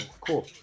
cool